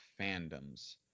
fandoms